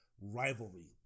rivalry